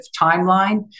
timeline